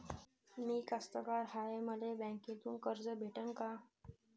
मी कास्तकार हाय, मले बँकेतून कर्ज भेटन का?